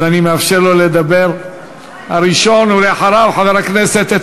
השר המקשר בין הממשלה לכנסת.